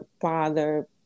father